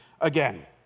again